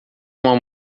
uma